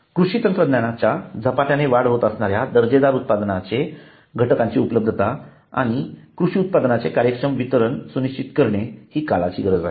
कृषी तंत्रज्ञानाच्या झपाट्याने वाढ होत असताना दर्जेदार उत्पादनाचे घटकाची उपलब्धता आणि कृषीउत्पादनाचे कार्यक्षम वितरण सुनिश्चित करणे हि काळाची गरज आहे